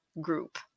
group